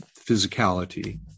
physicality